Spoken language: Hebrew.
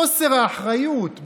חוסר האחריות,